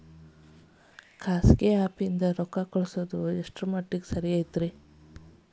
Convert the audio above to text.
ಖಾಸಗಿ ಆ್ಯಪ್ ನಿಂದ ರೊಕ್ಕ ಕಳ್ಸೋದು ಎಷ್ಟ ಸುರಕ್ಷತಾ ಐತ್ರಿ?